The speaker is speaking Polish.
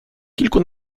kilku